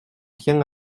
tient